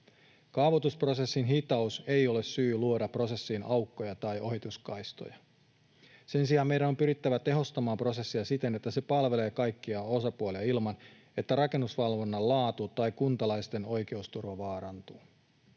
Kaavoitusprosessin hitaus ei ole syy luoda prosessiin aukkoja tai ohituskaistoja. Sen sijaan meidän on pyrittävä tehostamaan prosessia siten, että se palvelee kaikkia osapuolia ilman, että rakennusvalvonnan laatu tai kuntalaisten oikeusturva vaarantuu.